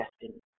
destiny